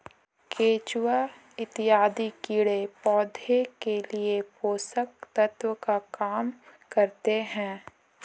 केचुआ इत्यादि कीड़े पौधे के लिए पोषक तत्व का काम करते हैं